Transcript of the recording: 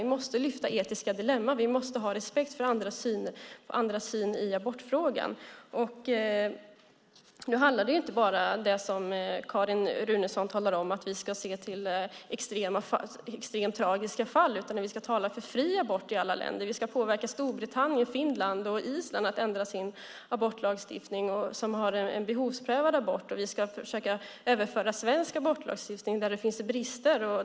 Vi måste lyfta fram etiska dilemman, och vi måste ha respekt för andras syn i abortfrågan. Nu handlar det inte bara om det som Carin Runeson talar om - att vi ska se till extremt tragiska fall. Vi ska tydligen också tala för fri abort i alla länder. Vi ska påverka Storbritannien, Finland och Island som har behovsprövad abort att ändra sin abortlagstiftning. Vi ska försöka överföra svensk abortlagstiftning, som har brister.